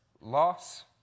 loss